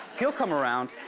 he'll come around.